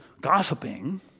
gossiping